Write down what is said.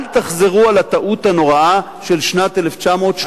אל תחזרו על הטעות הנוראה של שנת 1938"